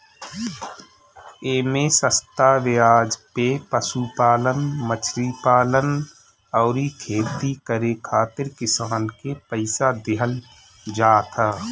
एमे सस्ता बेआज पे पशुपालन, मछरी पालन अउरी खेती करे खातिर किसान के पईसा देहल जात ह